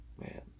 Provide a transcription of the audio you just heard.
man